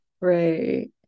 right